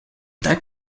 that